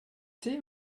thé